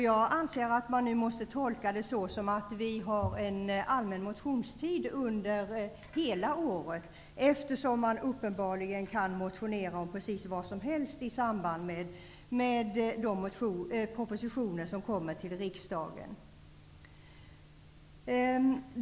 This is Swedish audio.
Jag anser att man måste tolka detta som att vi nu har en allmän motionstid under hela året, eftersom man uppenbarligen kan väcka motioner om precis vad som helst i samband med de propositioner som kommer till riksdagen.